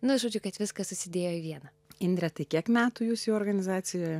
nu žodžiu kad viskas susidėjo į vieną indre tai kiek metų jūs jau organizacijoje